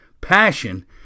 Passion